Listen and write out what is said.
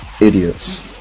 idiots